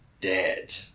dead